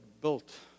built